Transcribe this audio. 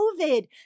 COVID